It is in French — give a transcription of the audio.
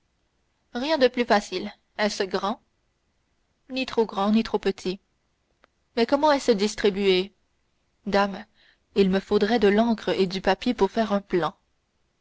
rien de plus facile est-ce grand ni trop grand ni trop petit mais comment est-ce distribué dame il me faudrait de l'encre et du papier pour faire un plan